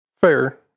Fair